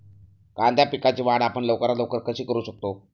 कांदा पिकाची वाढ आपण लवकरात लवकर कशी करू शकतो?